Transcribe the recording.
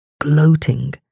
Gloating